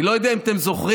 אני לא יודע אם אתם זוכרים,